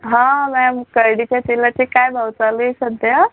हा मॅम करडईच्या तेलाचे काय भाव चालू आहे सध्या